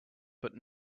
but